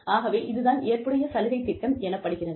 ஆகவே இது தான் ஏற்புடைய சலுகை திட்டம் எனப்படுகிறது